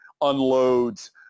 unloads